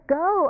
go